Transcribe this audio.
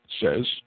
says